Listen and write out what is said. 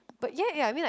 but ya ya I mean like